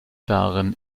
darin